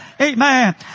Amen